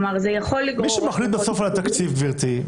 מי שמחליט בסוף על התקציב, גברתי,